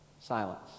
Silence